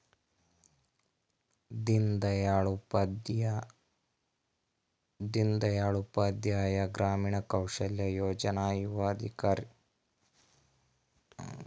ದೀನ್ ದಯಾಳ್ ಉಪಾಧ್ಯಾಯ ಗ್ರಾಮೀಣ ಕೌಶಲ್ಯ ಯೋಜನಾ ಯುವಕರಿಗ್ ಕೆಲ್ಸಾ ಕೊಡ್ಸದ್ ಸ್ಕೀಮ್ ಅದಾ